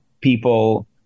people